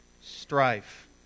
strife